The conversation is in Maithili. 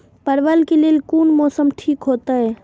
परवल के लेल कोन मौसम ठीक होते?